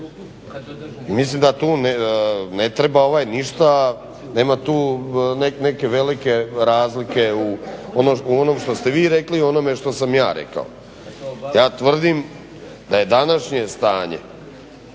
Mislim da ne treba ništa nema tu neke velike razlike u onome što ste vi rekli i onome što sam ja rekao. Ja tvrdim da je današnje stanje,